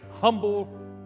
humble